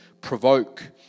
provoke